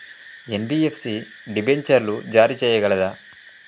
NBFC డిబెంచర్లు జారీ చేయగలదా?